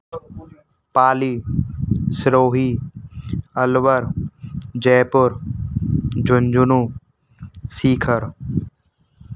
Pali Sirohi Alwar Jaipur Jhunjhunu Shikhar